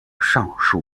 上述